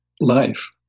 life